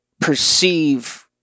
perceive